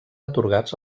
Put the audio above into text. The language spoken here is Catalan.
atorgats